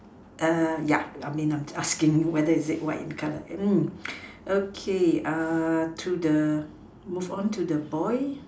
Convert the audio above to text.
ya just asking if it's white in colour okay move on to the boy